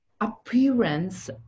appearance